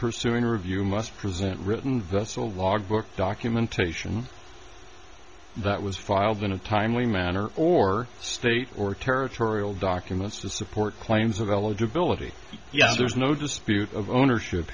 pursuing review must present written vessel logbook documentation that was filed in a timely manner or state or territorial documents to support claims of eligibility yes there's no dispute of ownership